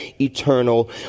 eternal